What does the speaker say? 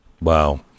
Wow